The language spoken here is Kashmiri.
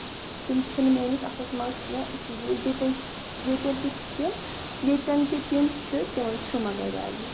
تِم چھِ نہٕ میٲنِس اَتھس منٛز کیٚنٛہہ اس لیے ییٚتین ییٚتٮ۪ن تہِ چھِ تِم ییٚتین تہِ تِم چھِ تِمن چھُ مَگر ویلیو